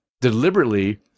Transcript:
deliberately